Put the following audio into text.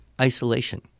isolation